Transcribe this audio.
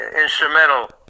instrumental